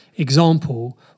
example